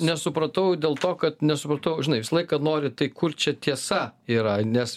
nesupratau dėl to kad nesupratau žinai visą laiką nori tai kur čia tiesa yra nes